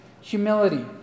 humility